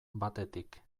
batetik